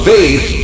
Faith